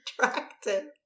attractive